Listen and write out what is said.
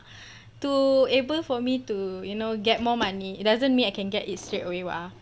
to able for me to you know get more money doesn't mean I can get it straightaway [what] ah